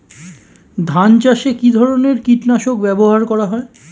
ধান চাষে কী ধরনের কীট নাশক ব্যাবহার করা হয়?